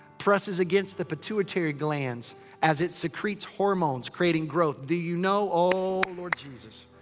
presses against the pituitary glands as it secretes hormones, creating growth. do you know? oh lord jesus.